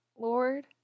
Lord